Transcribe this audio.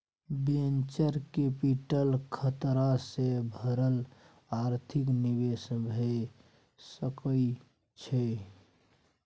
venture capital खतरा सँ भरल आर्थिक निवेश भए सकइ छइ